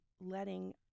letting